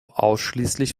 ausschließlich